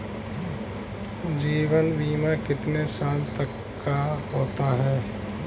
जीवन बीमा कितने साल तक का होता है?